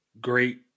great